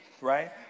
right